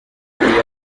iyo